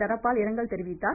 தனபால் இரங்கல் தெரிவித்தார்